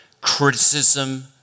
criticism